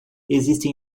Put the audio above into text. existem